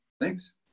Thanks